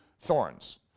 thorns